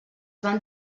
van